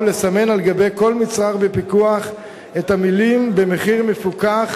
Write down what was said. לסמן על כל מצרך שבפיקוח את המלים "במחיר מפוקח